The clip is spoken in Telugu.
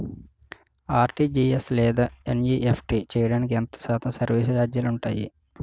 ఆర్.టి.జి.ఎస్ లేదా ఎన్.ఈ.ఎఫ్.టి చేయడానికి ఎంత శాతం సర్విస్ ఛార్జీలు ఉంటాయి?